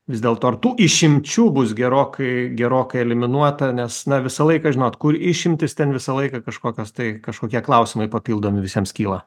vis dėlto ar tų išimčių bus gerokai gerokai eliminuota nes na visą laiką žinot kur išimtys ten visą laiką kažkokios tai kažkokie klausimai papildomi visiems kyla